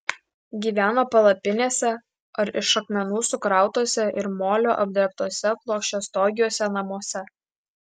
gyveno palapinėse ar iš akmenų sukrautuose ir moliu apdrėbtuose plokščiastogiuose namuose